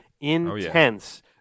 intense